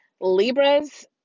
Libras